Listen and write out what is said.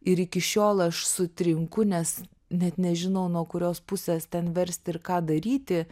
ir iki šiol aš sutrinku nes net nežinau nuo kurios pusės ten versti ir ką daryti